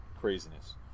Craziness